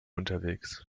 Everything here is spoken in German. unterwegs